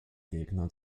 gegner